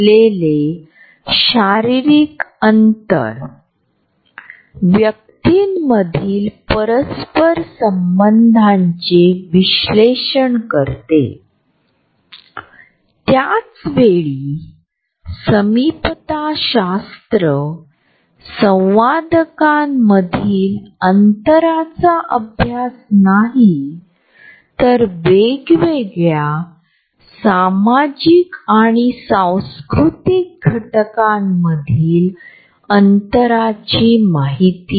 आम्ही ज्या लोकांना आपल्या जवळच्या व्यक्तींनी आपल्या फुग्यामध्ये घुसखोरी करीत आहोत आणि आपण त्याबद्दल काहीही करू शकत नाही अशा परिस्थितीत आपण तोंड देत असल्यास आपल्या जवळच्या लोकांनाच या फुग्यामध्ये प्रवेश करणे आणि लिंग आणि संस्कृतीची पर्वा न करता आम्ही या फुग्यामध्ये प्रवेश करण्याची परवानगी देतोएक संरक्षण यंत्रणा विकसित करतो